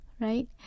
right